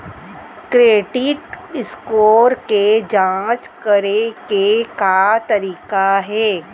Credit score के जाँच करे के का तरीका हे?